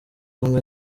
ubumwe